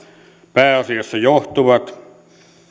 pääasiassa johtuvat